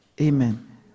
amen